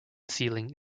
ceiling